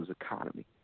economy